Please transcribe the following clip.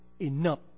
enough